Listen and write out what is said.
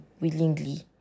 willingly